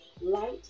light